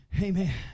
Amen